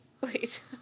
Wait